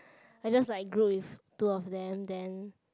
I just like grouped with two of them then